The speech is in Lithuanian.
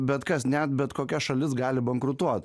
bet kas net bet kokia šalis gali bankrutuot